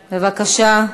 בבקשה.